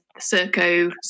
Circo